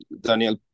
Daniel